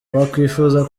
wakwifuza